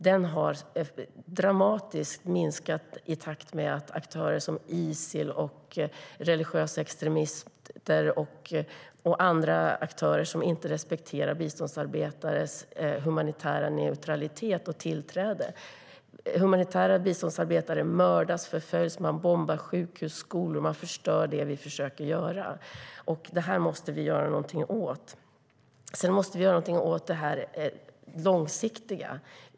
Den har dramatiskt minskat i takt med uppkomsten av aktörer som Isil, religiösa extremister och andra som inte respekterar biståndsarbetares humanitära neutralitet. Humanitära biståndsarbetare mördas och förföljs. Man bombar sjukhus och skolor. Man förstör det vi försöker göra. Detta måste vi göra något åt. Sedan måste vi göra något åt det långsiktiga.